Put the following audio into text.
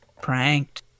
pranked